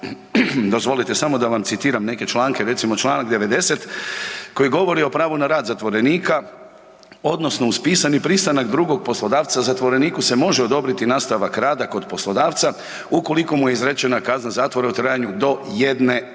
Dozvolite samo da vam citiram neke članke, recimo čl. 90. koji govori o pravu na rad zatvorenika odnosno uz pisani pristanak drugog poslodavca zatvoreniku se može odobriti nastavak rada kod poslodavca ukoliko mu je izrečena kazna zatvora u trajanju do 1.g., te